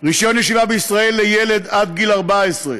רישיון ישיבה בישראל לילד עד גיל 14,